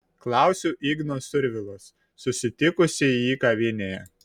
klausiu igno survilos susitikusi jį kavinėje